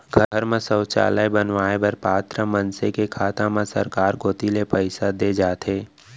घर म सौचालय बनवाए बर पात्र मनसे के खाता म सरकार कोती ले पइसा दे जाथे